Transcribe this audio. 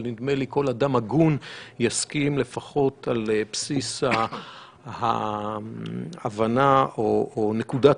אבל נדמה לי שכל אדם הגון יסכים לפחות על בסיס ההבנה או נקודת